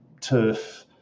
turf